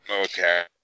Okay